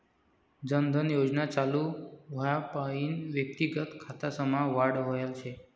जन धन योजना चालू व्हवापईन व्यक्तिगत खातासमा वाढ व्हयल शे